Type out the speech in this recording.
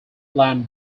land